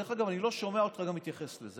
דרך אגב, אני גם לא שומע אותך מתייחס לזה.